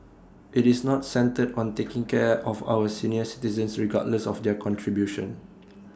IT is not centred on taking care of our senior citizens regardless of their contribution